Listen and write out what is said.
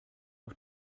auf